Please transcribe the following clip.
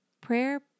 Prayer